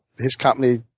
his company